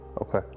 Okay